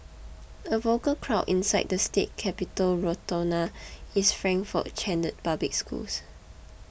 a vocal crowd inside the state capitol rotunda is Frankfort chanted public schools